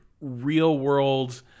real-world